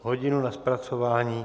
Hodinu na zpracování.